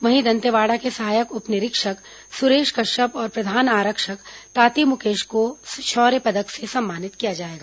वहीं दंतेवाड़ा के सहायक उप निरीक्षक सरेश कश्यप और प्रधान आरक्षक ताती मुकेश को शौर्य पदक से सम्मानित किया जाएगा